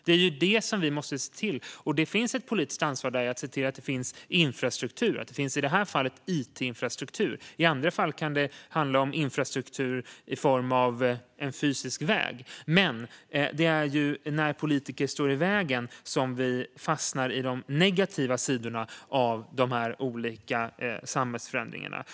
Det är sådana möjligheter vi måste se till att skapa, och det finns ett politiskt ansvar att se till att det finns infrastruktur. I det här fallet gäller det it-infrastruktur, och i andra fall kan det handla om infrastruktur i form av en fysisk väg. Det är när politiker står i vägen som vi fastnar i de negativa sidorna av de olika samhällsförändringarna.